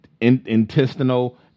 intestinal